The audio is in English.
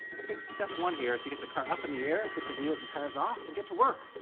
i think step one here is to get the car up in the air, get the wheels and tyres off, and get to work.